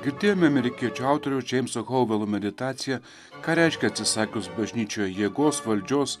girdėjome amerikiečių autoriaus džeimso houvelo meditaciją ką reiškia atsisakius bažnyčioje jėgos valdžios